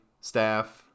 staff